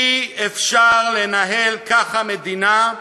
אי-אפשר לנהל ככה מדינה.